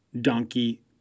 donkey